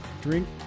drink